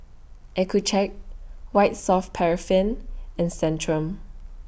Accucheck White Soft Paraffin and Centrum